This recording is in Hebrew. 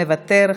מוותר.